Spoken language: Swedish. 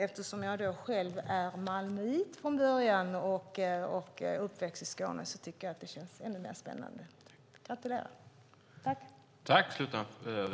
Eftersom jag från början är malmöit och uppväxt i Skåne känns det extra spännande. Gratulerar!